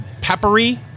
Peppery